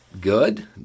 Good